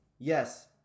Yes